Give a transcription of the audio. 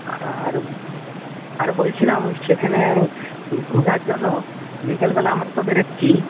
আর আর বলছিলাম সেখানে ঘোরার জন্য বিকালবেলা আমরা তো বেরোচ্ছি